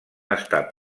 estar